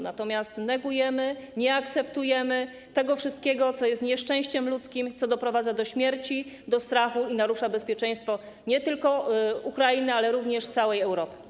Natomiast negujemy to wszystko, nie akceptujemy tego wszystkiego, co jest nieszczęściem ludzkim, co doprowadza do śmierci, do strachu i narusza bezpieczeństwo nie tylko Ukrainy, ale również całej Europy.